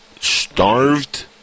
Starved